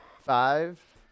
Five